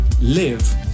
Live